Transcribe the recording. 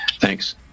Thanks